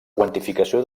quantificació